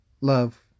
Love